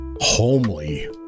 homely